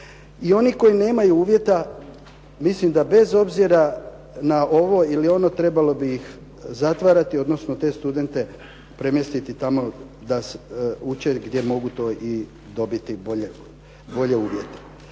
I oni koji nemaju uvjeta mislim da bez obzira na ovo ili ono, trebalo bi ih zatvarati, odnosno te studente premjestiti tamo da uče gdje mogu to i dobiti bolje uvjete.